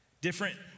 Different